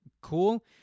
cool